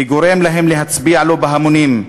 וגורם להם להצביע לו בהמונים,